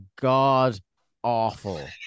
god-awful